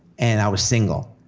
and i was single.